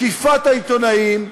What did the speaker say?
תקיפת העיתונאים,